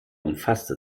umfasste